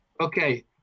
Okay